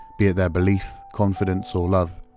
be it their belief, confidence, or love.